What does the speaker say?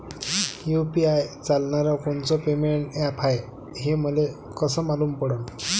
UPI चालणारं कोनचं payment app हाय, हे मले कस मालूम पडन?